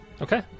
Okay